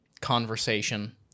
conversation